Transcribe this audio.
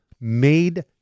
made